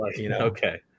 Okay